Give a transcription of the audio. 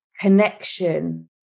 connection